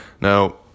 Now